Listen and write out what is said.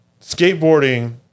Skateboarding